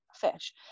fish